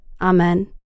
Amen